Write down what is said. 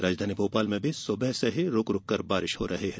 राजधानी भोपाल में भी सुबह से रूक रूककर बारिश हो रही है